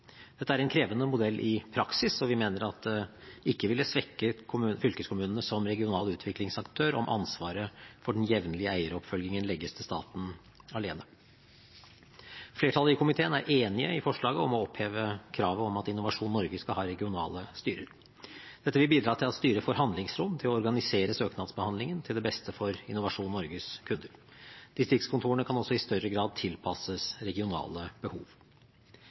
Dette er en krevende modell i praksis, og vi mener at det ikke vil svekke fylkeskommunene som regional utviklingsaktør om ansvaret for den jevnlige eieroppfølgingen legges til staten alene. Flertallet i komiteen er enig i forslaget om å oppheve kravet om at Innovasjon Norge skal ha regionale styrer. Dette vil bidra til at styret får handlingsrom til å organisere søknadsbehandlingen til det beste for Innovasjon Norges kunder. Distriktskontorene kan også i større grad tilpasses regionale behov.